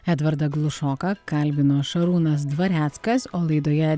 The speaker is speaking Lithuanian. edvardą glušoką kalbino šarūnas dvareckas o laidoje